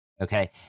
okay